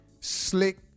Slick